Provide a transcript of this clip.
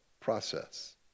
process